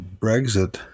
Brexit